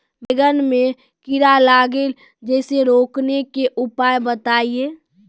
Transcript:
बैंगन मे कीड़ा लागि जैसे रोकने के उपाय बताइए?